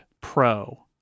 Pro